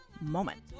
moment